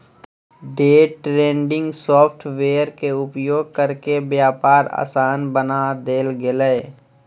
day trading software के उपयोग करके व्यापार आसान बना देल गेलय